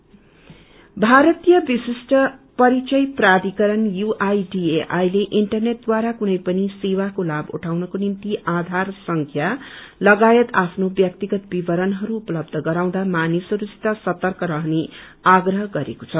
आधार भारतीय विश्रिष्ट पहिचान प्राधिकरणले इन्टरनेट ढारा कुनै पनि सेवाको लाथ उठाउने निम्ति आधार संख्या लगायत आफ्नो व्याक्तिगत विवरणहरू उपलब्ध गराउँदा मानिसहरूसित सर्तक रहने आप्रह गरेको छ